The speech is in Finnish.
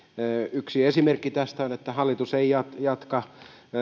yksi esimerkki tästä on että hallitus ei jatka